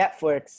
Netflix